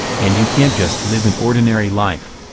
and you can't just live an ordinary life.